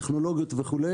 טכנולוגית וכו'.